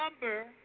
number